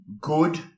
good